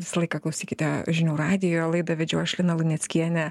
visą laiką klausykite žinių radijo o laidą vedžiau aš lina luneckienė